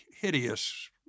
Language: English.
hideous